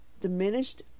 diminished